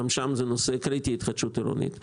גם שם נושא התחדשות העירונית הוא קריטי.